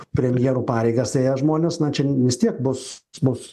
premjero pareigas ėję žmonės na čia vis tiek bus bus